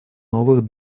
новых